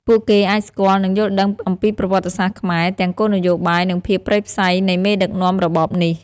ពួកគេអាចស្គាល់ និងយល់ដឹងអំពីប្រវត្តសាស្រ្តខ្មែរ ទាំង គោលនយោបាយ និងភាពព្រៃផ្សៃនៃមេដឹកនាំរបបនេះ។